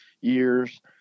years